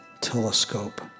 telescope